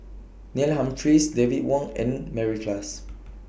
Neil Humphreys David Wong and Mary Klass